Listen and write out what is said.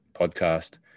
podcast